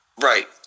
Right